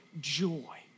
joy